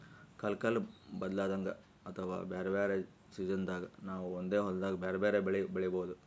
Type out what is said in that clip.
ಕಲ್ಕಾಲ್ ಬದ್ಲಾದಂಗ್ ಅಥವಾ ಬ್ಯಾರೆ ಬ್ಯಾರೆ ಸಿಜನ್ದಾಗ್ ನಾವ್ ಒಂದೇ ಹೊಲ್ದಾಗ್ ಬ್ಯಾರೆ ಬ್ಯಾರೆ ಬೆಳಿ ಬೆಳಿಬಹುದ್